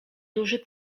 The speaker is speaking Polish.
duży